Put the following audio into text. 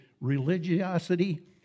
religiosity